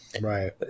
right